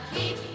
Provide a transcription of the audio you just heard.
Keep